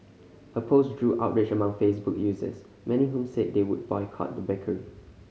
her post drew outrage among Facebook users many whom said they would boycott the bakery